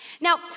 Now